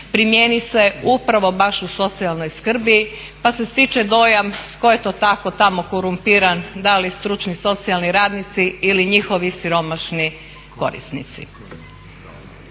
primijeni se upravo baš u socijalnoj skrbi pa se stječe dojam tko je to tako tamo korumpiran, da li stručni socijalni radnici ili njihovi siromašni korisnici?